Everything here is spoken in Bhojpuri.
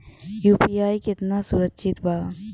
यू.पी.आई कितना सुरक्षित बा?